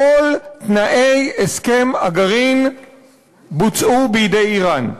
כל תנאי הסכם הגרעין בוצעו על-ידי איראן.